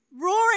roaring